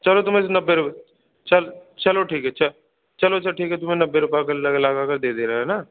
चलो तुम्हे नब्बे रुपये चलो चलो ठीक है चलो चलो अच्छा ठीक है तुम्हे नब्बे रुपये गल्ला लगा कर दे दे रहे है ना